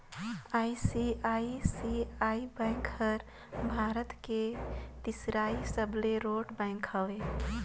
ICICI bank हर भारत के तीसरईया सबले रोट बेंक हवे